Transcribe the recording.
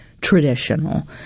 traditional